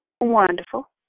Wonderful